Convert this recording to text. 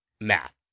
math